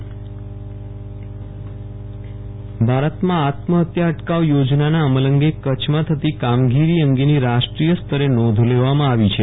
વિરલ રાણા આત્મહત્યા નિવારણ ભારતમાં આત્મ ફત્યા અટકાવ યોજનાના અમલ અંગે કચ્છમાં થતી કામગીરી અંગેની રાષ્ટ્રીય સ્તેર નોંધ લેવામાં આવી છે